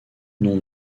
non